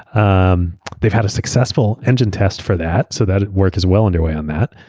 um they've had a successful engine test for that. so that work is well underway on that.